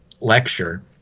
lecture